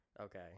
okay